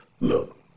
Look